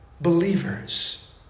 Believers